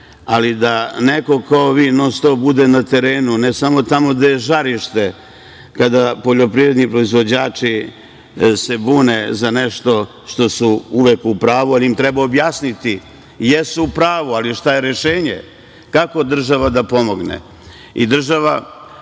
ali da neko kao vi non-stop bude na terenu, ne samo tamo gde je žarište, kada poljoprivredni proizvođači se bune za nešto što su uvek u pravu, ali im treba objasniti, jesu u pravu, ali šta je rešenje, kako država da pomogne.I